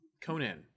Conan